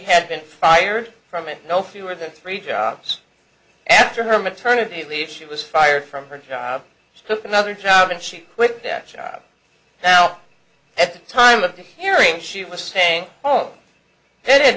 had been fired from it no fewer than three jobs after her maternity leave she was fired from her job she took another job and she quit that job now at a time of hearing she was staying